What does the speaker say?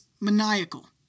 maniacal